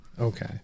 Okay